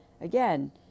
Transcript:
again